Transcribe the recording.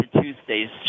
Tuesday's